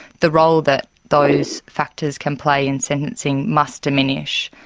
the role that those factors can play in sentencing must diminish,